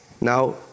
Now